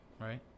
Right